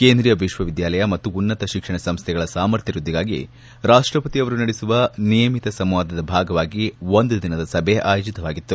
ಕೇಂದ್ರೀಯ ವಿಶ್ವವಿದ್ಯಾಲಯ ಮತ್ತು ಉನ್ನತ ಶಿಕ್ಷಣ ಸಂಸ್ಥೆಗಳ ಸಾಮರ್ಥ್ಯ ವೃದ್ಧಿಗಾಗಿ ರಾಷ್ಟಪತಿ ಅವರು ನಡೆಸುವ ನಿಯಮಿತ ಸಂವಾದದ ಭಾಗವಾಗಿ ಒಂದು ದಿನದ ಸಭೆ ಆಯೋಜಿಸಲಾಗಿತ್ತು